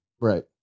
right